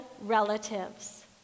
relatives